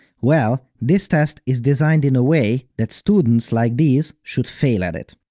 well, this test is designed in a way that students like these should fail at it.